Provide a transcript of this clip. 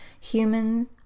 human